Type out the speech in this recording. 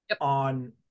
on